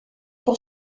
pour